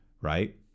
right